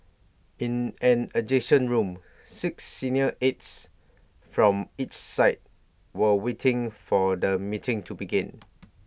in an adjoining room six senior aides from each side were waiting for the meeting to begin